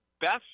best